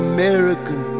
American